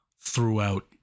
throughout